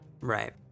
Right